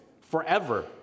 forever